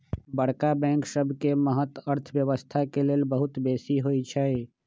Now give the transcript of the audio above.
बड़का बैंक सबके महत्त अर्थव्यवस्था के लेल बहुत बेशी होइ छइ